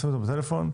גובה הקנס